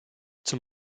zum